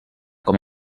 com